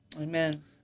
Amen